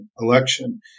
election